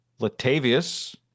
Latavius